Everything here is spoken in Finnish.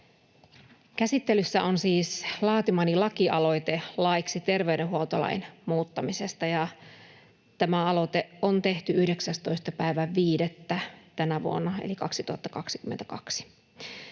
Käsittelyssä on siis laatimani lakialoite laiksi terveydenhuoltolain muuttamisesta, ja tämä aloite on tehty 19.5. tänä vuonna eli 2022.